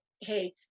hey